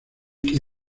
que